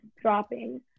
dropping